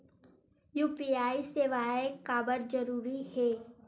UPI सेवाएं काबर जरूरी हे?